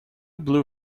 blue